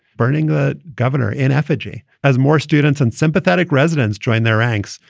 burning the governor in effigy. as more students and sympathetic residents join their ranks,